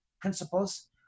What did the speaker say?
principles